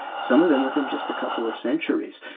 some of them within just a couple of centuries.